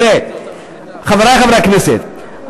חברי חברי הכנסת,